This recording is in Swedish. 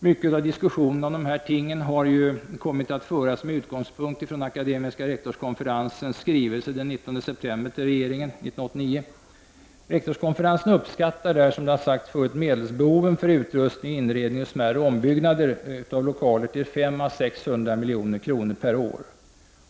Mycket av diskussionen om dessa ting har kommit att föras med utgångspunkt i akademiska rektorskonferensens skrivelse till regeringen den 19 september 1989. Rektorskonferensen uppskattar där medelsbehoven för utrustning, inredning och smärre ombyggnader av lokaler till 500 å 600 milj.kr. per år.